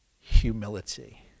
Humility